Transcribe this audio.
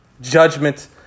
judgment